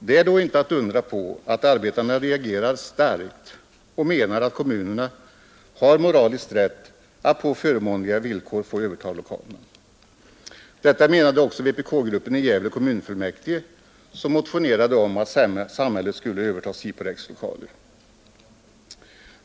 Det är då inte att undra på att arbetarna reagerar starkt och menar att kommunerna har moralisk rätt att på förmånliga villkor få överta lokalerna. Detta menade också vpk-gruppen i Gävle kommunfullmäktige, som motionerade om att samhället skulle överta Siporex lokaler.